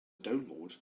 download